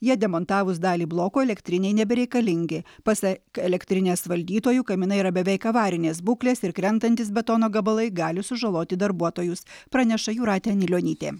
jie demontavus dalį blokų elektrinei nebereikalingi pasak elektrinės valdytojų kaminai yra beveik avarinės būklės ir krentantys betono gabalai gali sužaloti darbuotojus praneša jūratė anilionytė